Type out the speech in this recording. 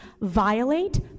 violate